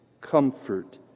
comfort